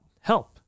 help